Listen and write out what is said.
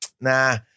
nah